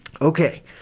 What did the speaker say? Okay